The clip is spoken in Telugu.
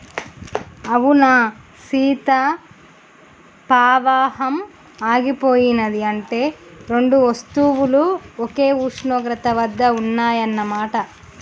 అవునా సీత పవాహం ఆగిపోయినది అంటే రెండు వస్తువులు ఒకే ఉష్ణోగ్రత వద్ద ఉన్నాయన్న మాట